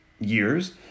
years